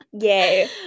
Yay